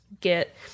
get